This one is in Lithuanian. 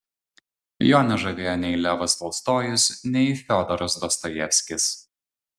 jo nežavėjo nei levas tolstojus nei fiodoras dostojevskis